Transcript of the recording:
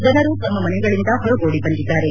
ಜನರು ತಮ್ಮ ಮನೆಗಳಿಂದ ಹೊರಗೋಡಿ ಬಂದಿದ್ದಾರೆ